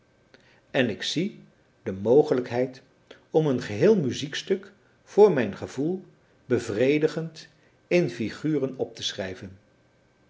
en ik zie de mogelijkheid om een geheel muziekstuk voor mijn gevoel bevredigend in figuren op te schrijven